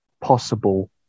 possible